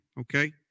Okay